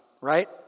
right